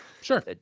Sure